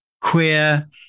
queer